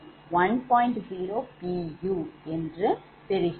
என்று பெறுகிறோம்